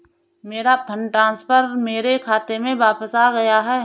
मेरा fund transfer मेरे खाते में वापस आ गया है